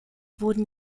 wurden